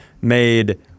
made